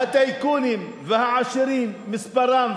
הטייקונים והעשירים מספרם,